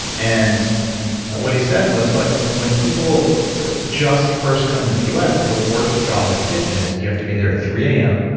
and what he said was, look when people just first come to the us, the worst job in a kitchen is, you have to be there zero am,